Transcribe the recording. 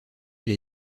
elle